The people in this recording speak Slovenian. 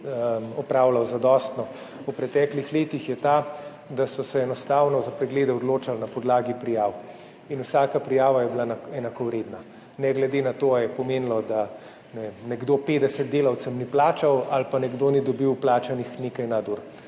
opravljal zadostno v preteklih letih, je ta, da so se enostavno za preglede odločali na podlagi prijav in vsaka prijava je bila enakovredna, ne glede na to, ali je pomenilo da, ne vem, nekdo 50 delavcev ni plačal ali pa nekdo ni dobil plačanih nekaj nadur.